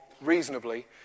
reasonably